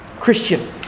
Christian